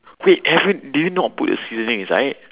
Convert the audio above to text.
wait haven't do you not put the seasoning inside